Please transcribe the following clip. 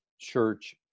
church